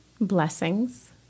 Blessings